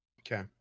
Okay